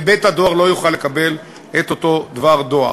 ובית-הדואר לא יוכל לקבל את אותו דבר הדואר.